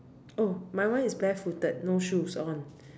oh my one is barefooted no shoes on